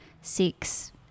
six